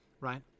right